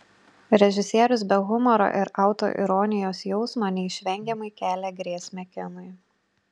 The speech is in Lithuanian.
režisierius be humoro ir autoironijos jausmo neišvengiamai kelia grėsmę kinui